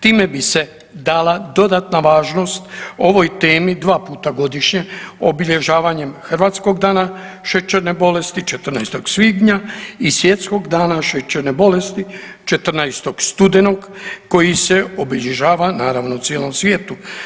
Time bi se dala dodatna važnost ovoj temi dva puta godišnje obilježavanjem Hrvatskog dana šećerne bolesti 14. svibnja i Svjetskog dana šećerne bolesti 14. studenog koji se obilježava naravno u cijelom svijetu.